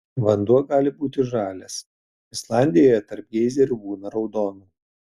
vanduo gali būti žalias islandijoje tarp geizerių būna raudono